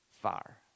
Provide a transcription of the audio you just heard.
Far